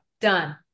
Done